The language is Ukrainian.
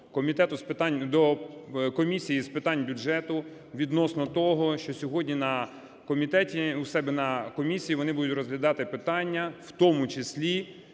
до Комісії з питань бюджету, відносно того, що сьогодні на комітеті, у себе на комісії, вони будуть розглядати питання у тому числі